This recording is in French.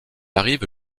arrive